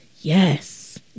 yes